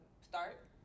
start